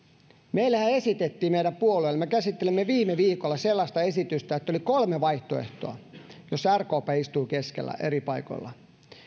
meillehän esitettiin meidän puolueelle me käsittelimme viime viikolla sellaista esitystä että oli kolme vaihtoehtoa joissa rkp istuu keskellä eri paikoilla